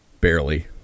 Barely